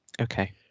Okay